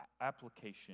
application